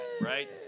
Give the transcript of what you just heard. right